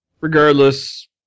regardless